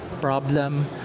problem